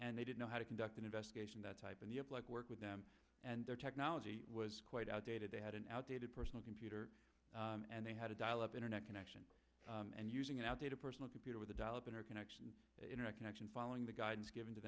and they didn't know how to conduct an investigation that type of the like work with them and their technology was quite outdated they had an outdated personal computer and they had a dial up internet connection and using data personal computer with a dial a better connection internet connection following the guidance given to